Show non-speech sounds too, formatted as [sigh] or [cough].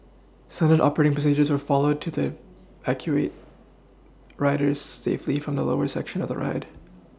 standard operating procedures were followed to [unintelligible] evacuate riders safely from the lower section of the ride